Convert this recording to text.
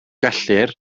gellir